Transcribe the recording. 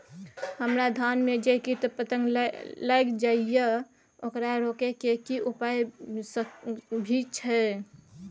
हमरा धान में जे कीट पतंग लैग जाय ये ओकरा रोके के कि उपाय भी सके छै?